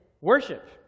worship